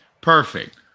Perfect